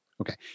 Okay